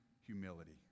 humility